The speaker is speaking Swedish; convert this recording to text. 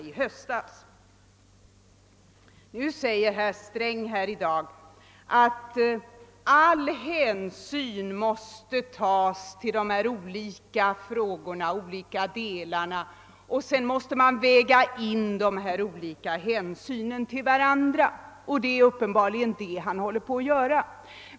Herr Sträng sade här i dag att alla hänsyn måste tas till de olika delarna och att man sedan måste väga dessa hänsyn mot varandra. Det är det han nu håller på och gör.